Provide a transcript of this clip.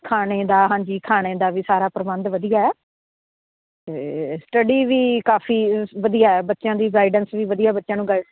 ਖਾਣੇ ਦਾ ਹਾਂਜੀ ਖਾਣੇ ਦਾ ਵੀ ਸਾਰਾ ਪ੍ਰਬੰਧ ਵਧੀਆ ਆ ਅਤੇ ਸਟਡੀ ਵੀ ਕਾਫੀ ਵਧੀਆ ਬੱਚਿਆਂ ਦੀ ਗਾਈਡੈਂਸ ਵੀ ਵਧੀਆ ਬੱਚਿਆਂ ਨੂੰ ਗਾਈ